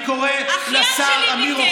אחיין שלי ביטל.